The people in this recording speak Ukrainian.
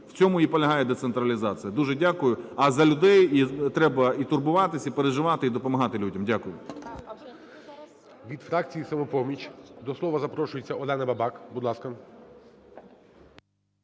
В цьому і полягає децентралізація. Дуже дякую. А за людей треба і турбуватися, і переживати, і допомагати людям. Дякую.